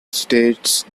states